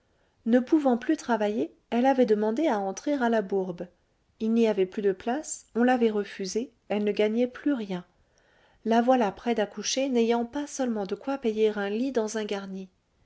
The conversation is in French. ne pouvant plus travailler elle avait demandé à entrer à la bourbe il n'y avait plus de place on l'avait refusée elle ne gagnait plus rien la voilà près d'accoucher n'ayant pas seulement de quoi payer un lit dans un garni